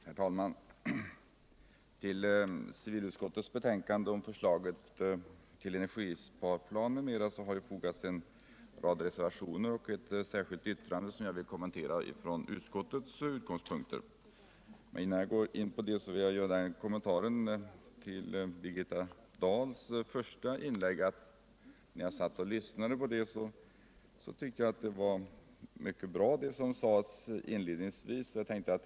Herr talman! Till civilutskottets betänkande om förslaget till energisparplan m.m. har fogats en rad reservationer och ett särskilt yttrande, som jag vill kommentera från utskottets utgångspunkter. Innan jag går in på detta vill jag dock göra en kommentar till Birgitta Dahls första inlägg. När jag lyssnade fann jag att det som inledningsvis sades var mycket bra.